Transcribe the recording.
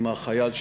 החייל,